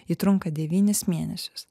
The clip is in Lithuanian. ji trunka devynis mėnesius